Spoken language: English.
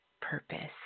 purpose